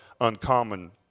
uncommon